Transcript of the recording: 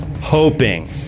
hoping